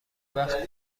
وقت